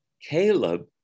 Caleb